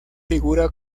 figura